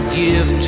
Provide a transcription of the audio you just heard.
give